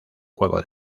juego